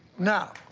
no.